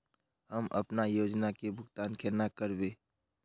हम अपना योजना के भुगतान केना करबे?